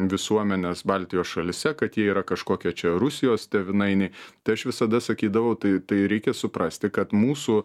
visuomenės baltijos šalyse kad ji yra kažkokie čia rusijos tėvynainiai tai aš visada sakydavau tai tai reikia suprasti kad mūsų